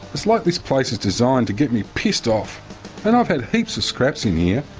it's like this place is designed to get me pissed off and i've had heaps of scraps in here,